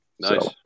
Nice